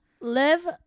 live